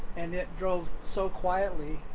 and it drove so quietly.